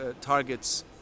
targets